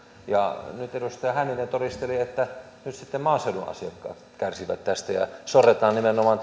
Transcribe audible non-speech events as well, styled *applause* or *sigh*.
ja nyt edustaja hänninen todisteli että maaseudun asiakkaat kärsivät tästä ja sorretaan nimenomaan *unintelligible*